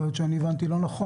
יכול להיות שהבנתי לא נכון.